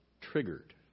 Triggered